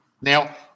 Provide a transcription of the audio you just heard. Now